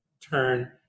turn